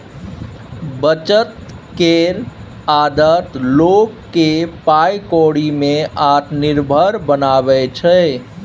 बचत केर आदत लोक केँ पाइ कौड़ी में आत्मनिर्भर बनाबै छै